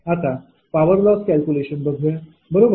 आता आपण power loss calculation बघूया बरोबर